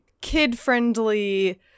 kid-friendly